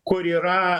kur yra